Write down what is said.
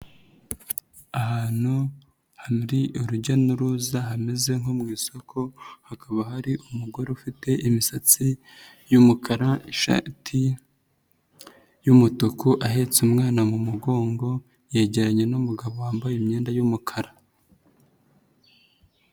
Ahantu hari urujya n'uruza hameze nko mu isoko hakaba hari umugore ufite imisatsi y'umukara, ishati y'umutuku ahetse umwana mu mugongo yegeranye n'umugabo wambaye imyenda y'umukara.